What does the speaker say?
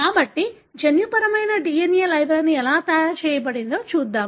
కాబట్టి జన్యుసంబంధమైన DNA library ఎలా తయారు చేయబడిందో చూద్దాం